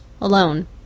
alone